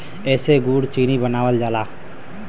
एसे गुड़ चीनी बनावल जाला